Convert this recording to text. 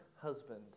husband